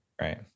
Right